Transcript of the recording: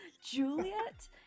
Juliet